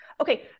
Okay